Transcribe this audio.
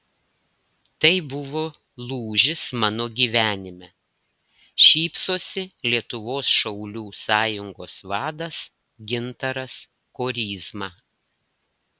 tai buvo lūžis mano gyvenime šypsosi lietuvos šaulių sąjungos vadas gintaras koryzna